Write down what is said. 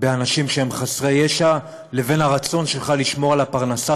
באנשים חסרי ישע לבין הרצון שלך לשמור על הפרנסה